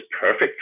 perfect